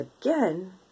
again